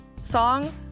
song